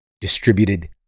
distributed